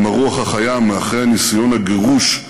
הם הרוח החיה מאחורי ניסיון הגירוש,